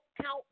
count